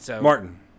Martin